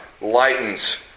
lightens